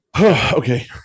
okay